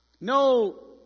No